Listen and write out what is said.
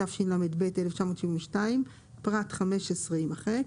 התשל"ב 1972, פרט 15 יימחק.